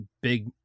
big